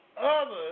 others